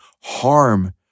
harm